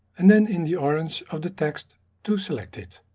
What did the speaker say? and then in the orange of the text to select it.